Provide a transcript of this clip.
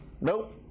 nope